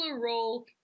role